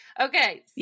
Okay